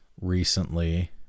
recently